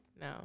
No